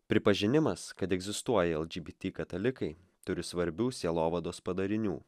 pripažinimas kad egzistuoja lgbt katalikai turi svarbių sielovados padarinių